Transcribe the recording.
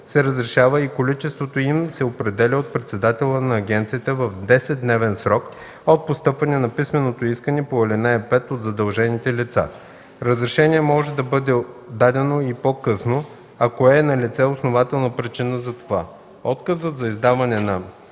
се разрешава и количеството им се определя от председателя на агенцията в 10-дневен срок от постъпване на писменото искане по ал. 5 от задължените лица. Разрешение може да бъде дадено и по-късно, ако е налице основателна причина за това. Отказът за издаване на